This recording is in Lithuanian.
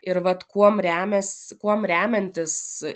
ir vat kuom remias kuom remiantis